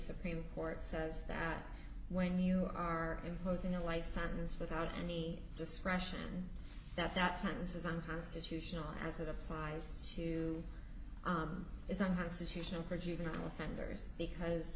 supreme court says that when you are imposing a life sentence without any discretion that that sentence is unconstitutional as it applies to is unconstitutional for juvenile offenders because